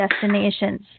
destinations